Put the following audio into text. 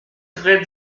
très